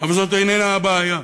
אבל זאת איננה הבעיה.